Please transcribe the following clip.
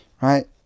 right